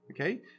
Okay